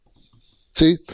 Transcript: See